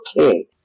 Okay